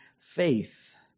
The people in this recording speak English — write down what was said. faith